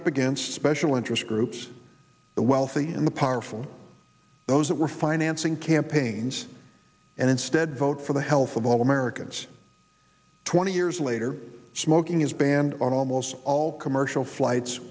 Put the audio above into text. up against spesh will interest groups the wealthy and the powerful those that were financing campaigns and instead vote for the health of all americans twenty years later smoking is banned on almost all commercial flights